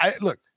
Look